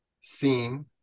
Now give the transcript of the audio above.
seen